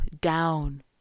down